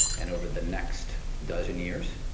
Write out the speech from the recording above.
and over the next dozen years,